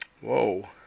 Whoa